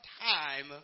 time